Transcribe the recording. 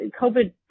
COVID